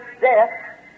death